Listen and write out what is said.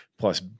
plus